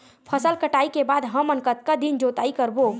फसल कटाई के बाद हमन कतका दिन जोताई करबो?